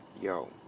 yo